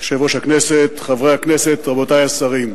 יושב-ראש הכנסת, חברי הכנסת, רבותי השרים,